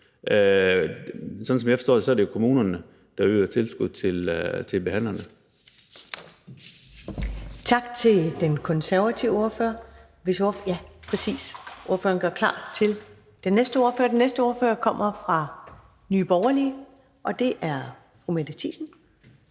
Sådan som jeg forstår det, er det kommunerne, der yder tilskud til behandlerne.